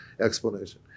explanation